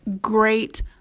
great